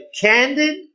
candid